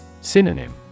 Synonym